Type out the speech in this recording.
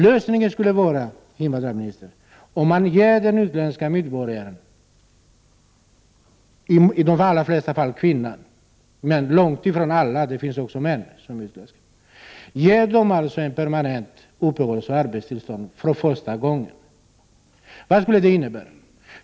Lösningen skulle vara, invandrarministern, att man ger den utländska medborgaren — det gäller i de flesta fall kvinnor, men det finns också män som drabbas — permanent uppehållsoch arbetstillstånd från första början. Vad skulle det innebära?